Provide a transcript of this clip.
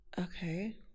okay